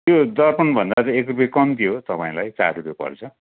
त्यो दर्पणभन्दा त एक रुपियाँ कम्ती हो तपाईँलाई चार रुपियाँ पर्छ